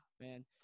man